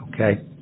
okay